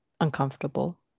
uncomfortable